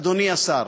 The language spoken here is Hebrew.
אדוני השר.